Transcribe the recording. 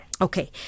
Okay